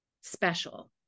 special